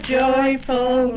joyful